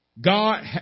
God